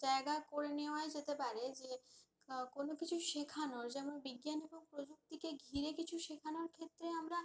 জায়গা করে নেওয়াই যেতে পারে যে কোন কিছু শেখানোর যেমন বিজ্ঞান এবং প্রযুক্তিকে ঘিরে কিছু শেখানোর ক্ষেত্রে আমরা